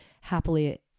happily